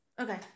Okay